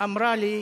ואמרה לי